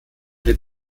den